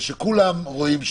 שכולם רואים שופט.